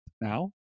now